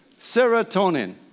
Serotonin